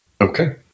Okay